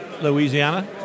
Louisiana